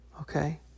Okay